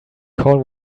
call